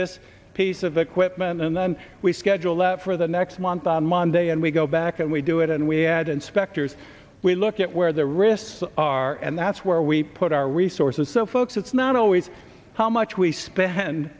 this piece of equipment and then we schedule that for the next month on monday and we go back and we do it and we add inspectors we look at where their wrists are and that's where we put our resources so folks it's not always how much we spend